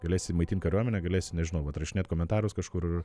galėsi maitint kariuomenę galėsi nežinau vat rašinėt komentarus kažkur